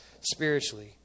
spiritually